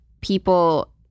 people